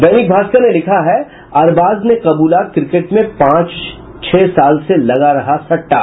दैनिक भास्कर ने लिखा है अरबाज ने कबूला क्रिकेट में पांच छह साल से लगा रहा सट्टा